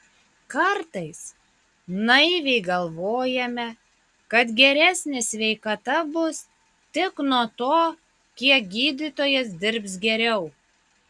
kartais naiviai galvojame kad geresnė sveikata bus tik nuo to kiek gydytojas dirbs geriau